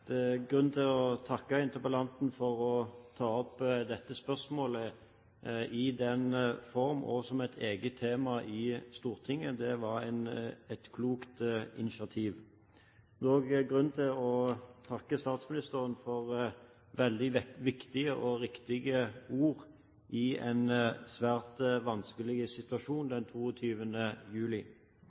grunn til å takke interpellanten for å ta opp dette spørsmålet i den form og som et eget tema i Stortinget. Det var et klokt initiativ. Det er også grunn til å takke statsministeren for veldig viktige og riktige ord i en svært vanskelig situasjon den 22. juli.